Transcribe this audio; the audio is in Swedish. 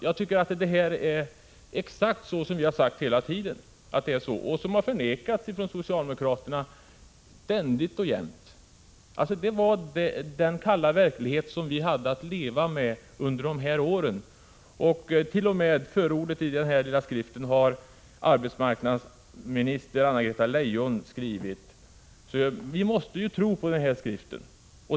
Jag tycker att det är exakt så som vi har sagt hela tiden att det — 3 april 1986 är, och det har förnekats från socialdemokraterna ständigt och jämt. Det var alltså den kalla verklighet som vi hade att leva med under dessa år. T. o. m. förordet i den här lilla skriften har arbetsmarknadsminister Anna-Greta Leijon skrivit, så vi måste tro på denna skrift.